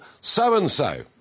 so-and-so